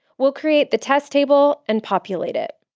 we'll create the test table and populate it.